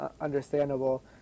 understandable